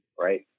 right